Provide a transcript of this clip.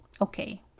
okay